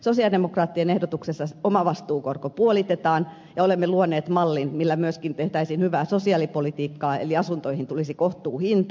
sosialidemokraattien ehdotuksessa omavastuukorko puolitetaan ja olemme luoneet mallin jolla myöskin tehtäisiin hyvää sosiaalipolitiikkaa eli asuntoihin tulisi kohtuuhinta